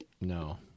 No